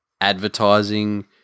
advertising